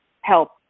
help